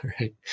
Right